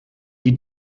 die